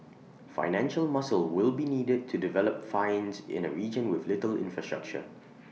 financial muscle will be needed to develop finds in A region with little infrastructure